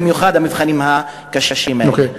במיוחד המבחנים הקשים האלה.